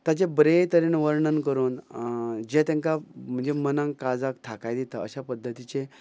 ताचे बरे तरेन वर्णन करून जें तेंकां म्हणजे मनाक काळजाक थाकाय दिता अश्या पद्दतीचें